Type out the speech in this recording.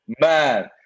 Man